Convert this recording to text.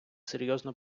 серйозно